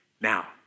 Now